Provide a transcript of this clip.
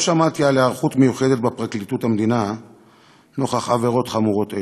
לא שמעתי על היערכות מיוחדת בפרקליטות המדינה נוכח עבירות חמורות אלו.